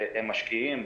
והם משקיעים,